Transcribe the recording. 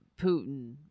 Putin